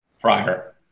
prior